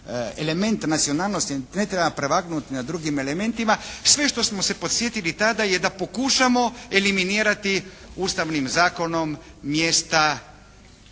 elementima nacionalnosti ne treba prevagnuti na drugim elementima. Sve što smo se podsjetili tada je da pokušamo eliminirati ustavnim zakonom mjesta